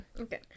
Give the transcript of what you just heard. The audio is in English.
Okay